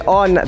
on